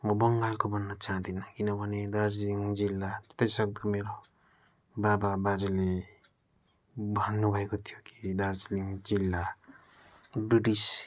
म बङ्गालको भन्न चाहदिनँ किनभने दार्जिलिङ जिल्ला जतिसक्दो मेरो बाबा बाजेले भन्नुभएको थियो कि दार्जिलिङ जिल्ला ब्रिटिस